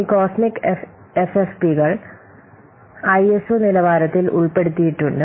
ഈ കോസ്മിക് എഫ്എഫ്പികൾ ഐഎസ്ഒ നിലവാരത്തിൽ ഉൾപ്പെടുത്തിയിട്ടുണ്ട്